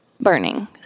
burning